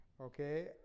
okay